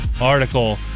article